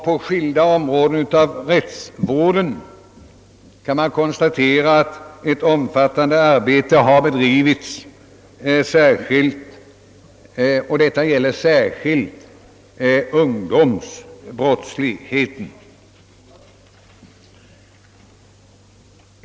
På skilda områden inom rättsvården har ett omfattande arbete bedrivits, särskilt när det gäller ungdomsbrottsligheten.